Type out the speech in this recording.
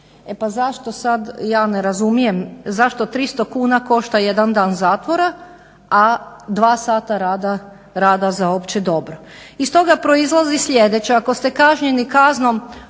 E pa zašto sada, ja ne razumijem zašto 300 kuna košta jedan dan zatvora, a 2 sata rada za opće dobro. Iz toga proizlazi sljedeće, ako ste kažnjeni kaznom